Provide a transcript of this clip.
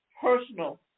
personal